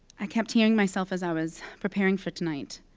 i kept hearing myself as i was preparing for tonight.